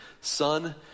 son